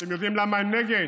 אתם יודעים למה הם נגד?